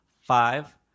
five